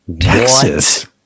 Texas